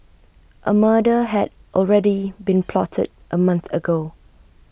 A murder had already been plotted A month ago